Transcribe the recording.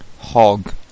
hog